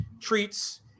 treats